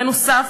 בנוסף,